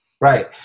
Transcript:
Right